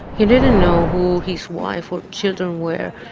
he didn't know who his wife or children were,